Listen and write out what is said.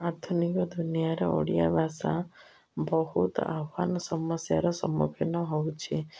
ଆଧୁନିକ ଦୁନିଆର ଓଡ଼ିଆ ଭାଷା ବହୁତ ଆହ୍ୱାନ ସମସ୍ୟାର ସମ୍ମୁଖୀନ ହେଉଛି